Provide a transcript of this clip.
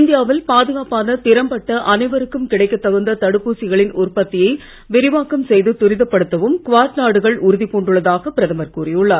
இந்தியாவில் பாதுகாப்பான திறம்பட்ட அனைவருக்கும் கிடைக்கத் தகுந்த தடுப்பூசிகளின் உற்பத்தியை விரிவாக்கம் செய்து துரிதப்படுத்தவும் குவாட் நாடுகள் உறுதி பூண்டுள்ளதாக பிரதமர் கூறியுள்ளார்